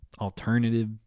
alternative